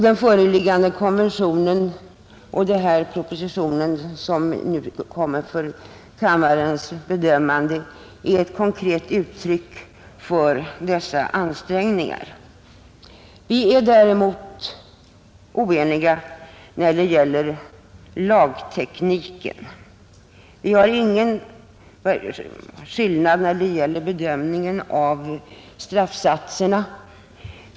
Den föreliggande konventionen och den proposition som nu föreligger till kammarens bedömande är konkreta uttryck för dessa ansträngningar. Vi är däremot oeniga när det gäller lagtekniken. Det finns ingen skillnad när det gäller bedömningen av straffsatserna.